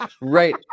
Right